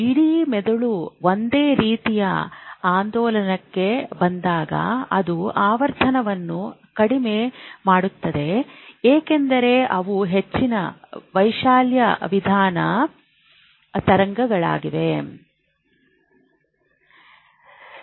ಇಡೀ ಮೆದುಳು ಒಂದೇ ರೀತಿಯ ಆಂದೋಲನಕ್ಕೆ ಬಂದಾಗ ಅದು ಆವರ್ತನವನ್ನು ಕಡಿಮೆ ಮಾಡುತ್ತದೆ ಏಕೆಂದರೆ ಅವು ಹೆಚ್ಚಿನ ವೈಶಾಲ್ಯ ನಿಧಾನ ತರಂಗಗಳಾಗಿವೆ